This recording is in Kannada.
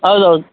ಹೌದು ಹೌದು